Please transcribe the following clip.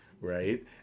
right